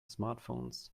smartphones